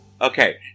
Okay